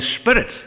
Spirit